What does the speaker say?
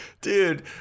Dude